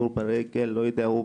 התנכלויות.